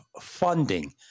funding